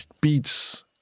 beats